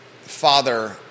father